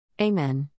Amen